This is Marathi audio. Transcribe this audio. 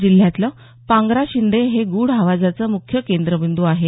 जिल्ह्यातलं पांगरा शिंदे हे गूढ आवाजाचं मुख्य केंद्रबिंद् आहे